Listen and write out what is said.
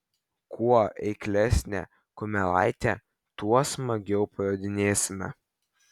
kuo eiklesnė kumelaitė tuo smagiau pajodinėsime